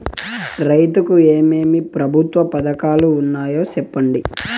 రైతుకు ఏమేమి ప్రభుత్వ పథకాలు ఉన్నాయో సెప్పండి?